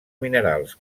minerals